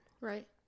Right